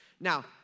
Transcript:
Now